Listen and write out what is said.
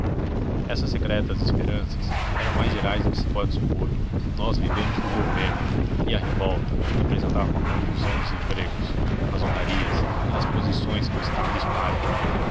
essas secretas esperanças eram mais gerais do que se pode supor nós vivemos do governo e a revolta representava uma confusão nos empregos nas honrarias e nas posições que o estado espalha